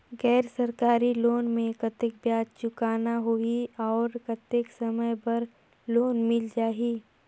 गैर सरकारी लोन मे कतेक ब्याज चुकाना होही और कतेक समय बर लोन मिल जाहि?